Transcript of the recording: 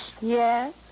Yes